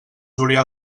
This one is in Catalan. julià